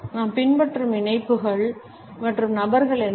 நாம் பின்பற்றும் இணைப்புகள் மற்றும் நபர்கள் என்ன